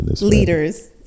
leaders